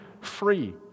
free